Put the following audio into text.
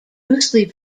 loosely